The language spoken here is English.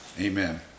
Amen